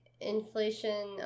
inflation